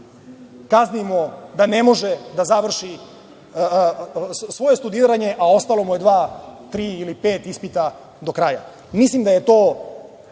kaznimo da ne može da završi svoje studiranje, a ostala su mu dva, tri ili pet ispita do kraja. Mislim da je to